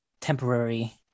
temporary